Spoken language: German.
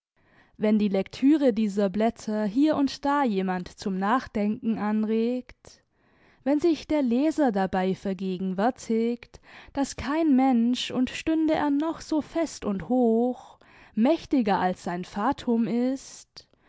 wenn die lektüre dieser blätter hier und da jemand zum nachdenken anregt wenn sich der leser dabei vergegenwärtigt daß kein mensch und stünde er noch so fest und hoch mächtiger als sein fatum ist